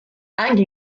anche